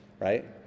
right